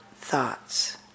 thoughts